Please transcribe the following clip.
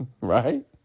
Right